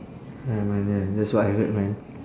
ya man ya that's what I heard man